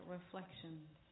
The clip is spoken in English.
Reflections